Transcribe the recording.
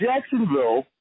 Jacksonville